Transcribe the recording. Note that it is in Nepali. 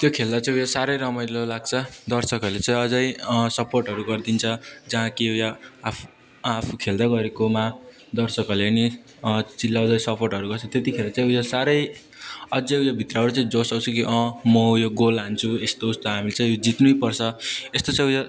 त्यो खेल्दा चाहिँ उयो साह्रै रमाइलो लाग्छ दर्शकहरूले चाहिँ अझै सपोर्टहरू गरिदिन्छ जहाँ कि आफू आफू खेल्दै गरेकोमा दर्शकहरूले पनि चिल्लाउँदै सपोर्टहरू गर्छ त्यतिखेर चाहिँ उयो साह्रै अझै उयोभित्रबाट चाहिँ जोस आउँछ कि म यो गोल हाल्छु यस्तो उस्तो हामी चाहिँ जित्नैपर्छ यस्तो चाहिँ उयो